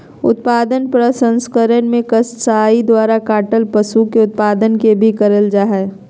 उत्पाद प्रसंस्करण मे कसाई द्वारा काटल पशु के उत्पाद के भी करल जा हई